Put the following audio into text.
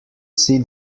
see